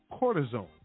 cortisone